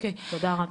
תודה רבה.